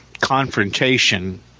confrontation